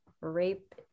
rape